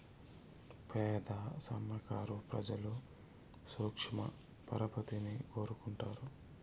పేద సన్నకారు ప్రజలు సూక్ష్మ పరపతిని కోరుకుంటారు